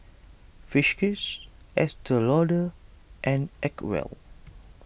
Friskies Estee Lauder and Acwell